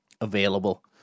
available